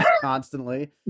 constantly